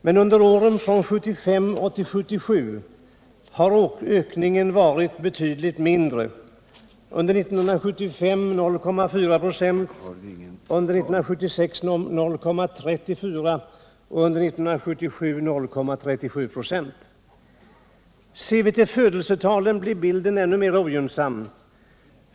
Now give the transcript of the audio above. Men under åren från 1975 och till 1977 har dock ökningen varit betydligt mindre: 0,4 96 under 1975, 0,34 26 under 1976 och 0,37 926 under 1977. Ser vi till födelsetalen blir bilden ännu mer ogynnsam.